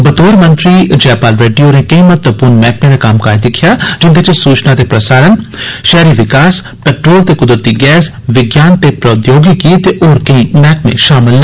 बतौर मंत्री जयपाल रेड्डी होरें कोईं महत्वपूर्ण मैहकमें दा कम्मकार दिक्खेआ जिंदे च सूचना ते प्रसारण शैहरी विकास पेट्रोल ते कुदरती गैस विज्ञान ते प्रोचौगिकी ते होर कोई मैहकमें शामल न